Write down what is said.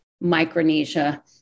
Micronesia